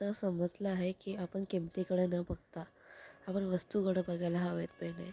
आता समजलं आहे की आपण किंमतीकडे न बघता आपण वस्तुकडं बघायला हवेत पहिले